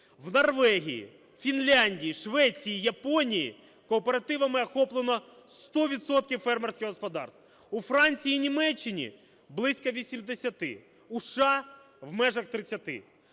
В Норвегії, у Фінляндії, у Швеції, Японії кооперативами охоплено 100 відсотків фермерських господарств. У Франції і Німеччині – близько 80-ти, у США – в межах 30-ти.